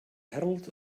herald